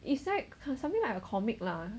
it's like something like a comic lah